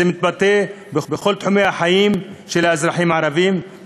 וזה מתבטא בכל תחומי החיים של האזרחים הערבים,